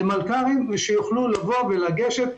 למלכ"רים שיוכלו לגשת.